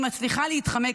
היא מצליחה להתחמק,